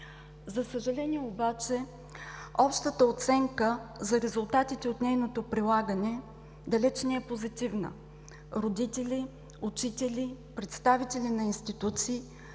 За съжаление, общата оценка за резултатите от нейната прилагане, далеч не е позитивна – родители, учители, представители на институции